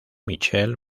mitchell